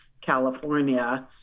California